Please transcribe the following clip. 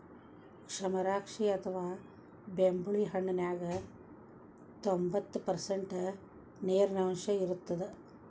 ಕಮರಾಕ್ಷಿ ಅಥವಾ ಬೆಂಬುಳಿ ಹಣ್ಣಿನ್ಯಾಗ ತೋಭಂತ್ತು ಪರ್ಷಂಟ್ ನೇರಿನಾಂಶ ಇರತ್ತದ